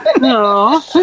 No